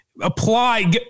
Apply